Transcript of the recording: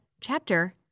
chapter